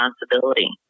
responsibility